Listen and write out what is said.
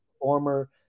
former